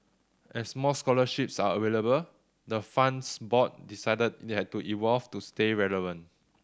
as more scholarships are available the fund's board decided it had to evolve to stay relevant